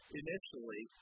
initially